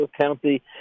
County